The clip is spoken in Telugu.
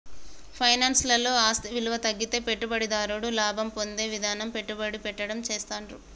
ఫైనాన్స్ లలో ఆస్తి విలువ తగ్గితే పెట్టుబడిదారుడు లాభం పొందే విధంగా పెట్టుబడి పెట్టడం చేస్తాండ్రు